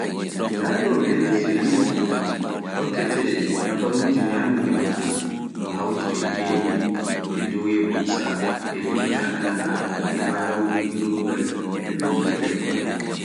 Njaɗo leydi Peru fuf, hokkete habaruuji, nyamunda maɓɓe, ko hawti e gene, e doya busa, li'o na'ana e marori gerogal, e ɓikkol lekkol.